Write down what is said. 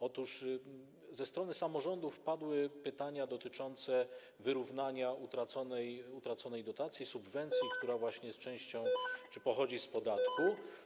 Otóż ze strony samorządów padły pytania dotyczące wyrównania utraconej subwencji, która właśnie jest częścią czy pochodzi z podatku.